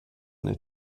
eine